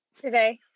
today